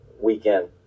weekend